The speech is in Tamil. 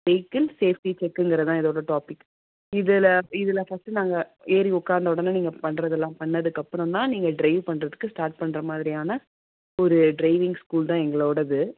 வெஹிக்கிள் சேஃப்டி செக்குங்கிறது தான் இதோடய டாபிக் இதில் இதில் ஃபஸ்ட்டு நாங்கள் ஏறி உக்காந்து ஒடனே நீங்கள் பண்ணுறதெல்லாம் பண்ணிணதுக்கு அப்புறந்தான் நீங்கள் ட்ரைவ் பண்ணுறதுக்கு ஸ்டார்ட் பண்ணுற மாதிரியான ஒரு ட்ரைவிங் ஸ்கூல் தான் எங்களோடயது